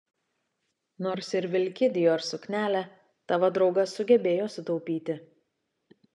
nors ir vilki dior suknelę tavo draugas sugebėjo sutaupyti